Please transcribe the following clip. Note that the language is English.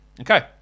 Okay